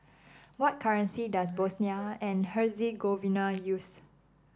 what currency does Bosnia and Herzegovina use